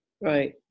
right